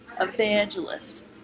evangelist